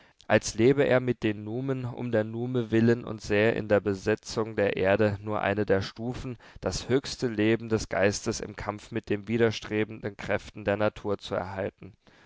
als lebe er mit den numen um der nume willen und sähe in der besetzung der erde nur eine der stufen das höchste leben des geistes im kampf mit den widerstrebenden kräften der natur zu erhalten